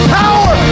power